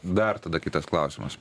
dar tada kitas klausimas